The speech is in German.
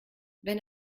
wenn